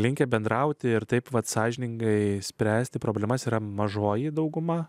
linkę bendrauti ir taip vat sąžiningai spręsti problemas yra mažoji dauguma